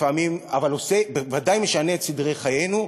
אבל בוודאי משנה את סדרי חיינו.